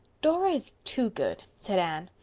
dora is too good, said anne.